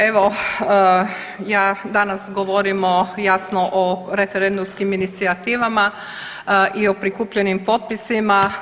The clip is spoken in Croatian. Evo, ja danas govorim o, jasno o referendumskim inicijativama i o prikupljenim potpisima.